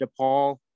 DePaul